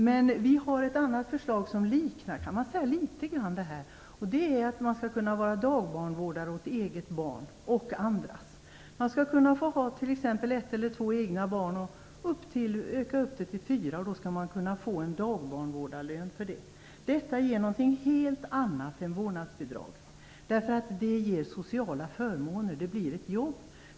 Men vi har ett annat förslag som jag kan säga litet grand liknar det här, nämligen att man skall kunna vara dagbarnvårdare åt både eget barn och andras. Man skall t.ex. kunna få ha ett eller två egna barn och öka på upp till fyra stycken. För det skall man kunna få dagbarnvårdarlön. Detta är något helt annat än vårdnadsbidrag, därför att det ger sociala förmåner. Det blir ett jobb.